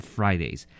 Fridays